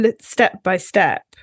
step-by-step